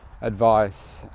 advice